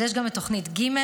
יש גם את תוכנית ג/11093,